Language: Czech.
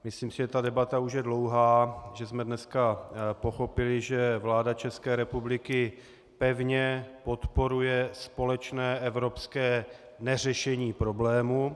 Myslím si, že ta debata už je dlouhá, že jsme dneska pochopili, že vláda České republiky pevně podporuje společné evropské neřešení problému.